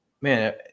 Man